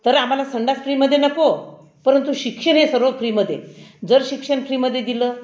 तर आम्हाला संडास फ्रीमध्ये नको परंतु शिक्षण हे सर्व फ्रीमध्ये जर शिक्षण फ्रीमध्ये दिलं